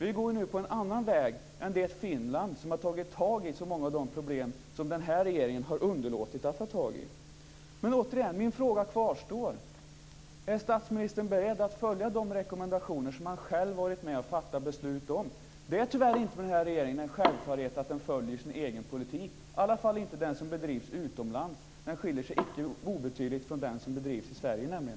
Vi går ju nu en annan väg än Finland, som har tagit tag i så många av de problem som den här regeringen har underlåtit att ta tag i. Men min fråga kvarstår: Är statsministern beredd att följa de rekommendationer som han själv har varit med om att fatta beslut om? Det är tyvärr inte en självklarhet för den här regeringen att följa sin egen politik, i alla fall inte den som bedrivs utomlands. Denna skiljer sig nämligen icke obetydligt från den som bedrivs i Sverige.